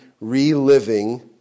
reliving